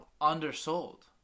undersold